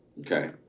okay